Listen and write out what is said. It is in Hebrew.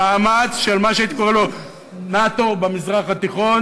במאמץ של מה שהייתי קורא לו נאט"ו במזרח התיכון,